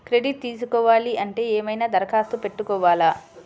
Credit తీసుకోవాలి అంటే ఏమైనా దరఖాస్తు పెట్టుకోవాలా?